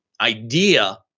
idea